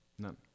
None